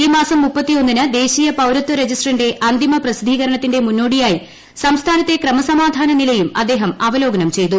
ഈ മാസം ദൃന് ദേശീയ പൌരത്വ രജിസ്റ്ററിന്റെ അന്തിമ പ്രസിദ്ധീകരണത്തിന്റെ മുന്നോടിയായി സംസ്ഥാനത്തെ ക്രമസമാധാന നിലയും അദ്ദേഹം അവലോകനം ചെയ്തു